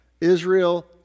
Israel